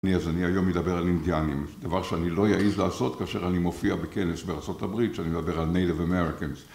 אז אני היום מדבר על אינדיאנים, דבר שאני לא יעיז לעשות כאשר אני מופיע בכנס בארה״ב, שאני מדבר על נייטיס אמריקאנס.